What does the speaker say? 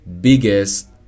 biggest